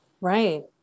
Right